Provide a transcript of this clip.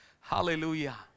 hallelujah